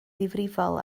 ddifrifol